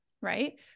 Right